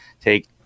take